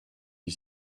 you